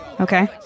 okay